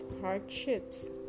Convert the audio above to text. hardships